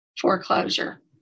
foreclosure